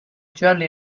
gialli